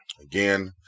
Again